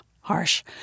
Harsh